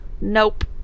Nope